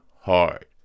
hard